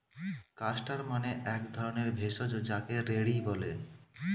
castor মানে এক ধরণের ভেষজ যাকে রেড়ি বলে